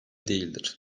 değildir